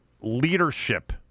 leadership